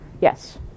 Yes